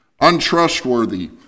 untrustworthy